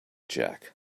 jack